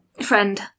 friend